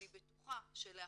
אני בטוחה שלאחר